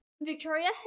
Victoria